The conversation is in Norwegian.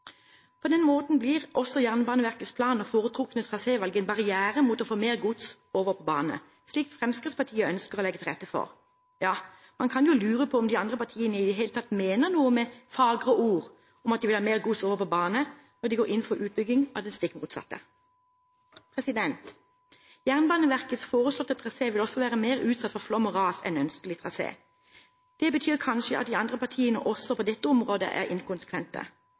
På denne måten blir også Jernbaneverkets plan og foretrukne trasévalg en barriere mot å få mer gods over på bane, slik Fremskrittspartiet ønsker å legge til rette for. Ja, man kan jo lure på om de andre partiene i det hele tatt mener noe med sine fagre ord om at de vil ha mer gods over på bane, når de går inn for utbygging av det stikk motsatte. Jernbaneverkets foreslåtte trasé vil også være mer utsatt for flom og ras enn østlig trasé. Det betyr kanskje at de andre partiene også på dette området er inkonsekvente.